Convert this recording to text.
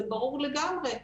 זה ברור לגמרי.